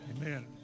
Amen